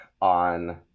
on